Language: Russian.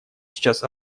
сейчас